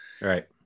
right